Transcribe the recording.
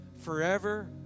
forever